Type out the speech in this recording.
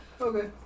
Okay